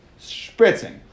spritzing